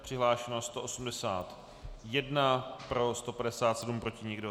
Přihlášeno 181, pro 157, proti nikdo.